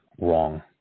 wrong